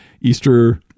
Easter